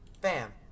Bam